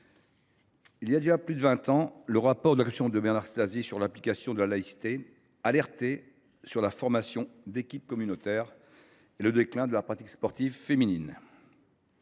Il y a déjà plus de vingt ans, le rapport de la commission Bernard Stasi sur l’application de la laïcité alertait quant à la formation d’équipes « communautaires » et quant au déclin de la pratique sportive féminine.